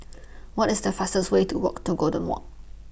What IS The fastest Way to Walk to Golden Walk